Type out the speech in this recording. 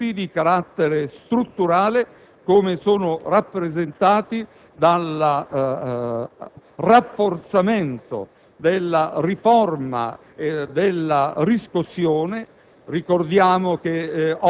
che hanno aspetti di carattere strutturale, rappresentati dal rafforzamento della riforma della riscossione.